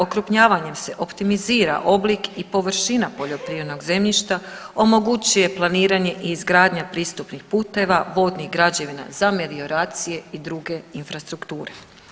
Okrupnjavanjem se optimizira oblik i površina poljoprivrednog zemljišta, omogućuje planiranje i izgradnja pristupnih puteva, vodnih građevina za melioracije i druge infrastrukture.